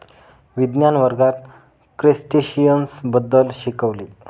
विज्ञान वर्गात क्रस्टेशियन्स बद्दल शिकविले